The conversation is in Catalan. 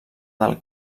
del